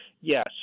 Yes